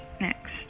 next